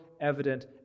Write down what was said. evident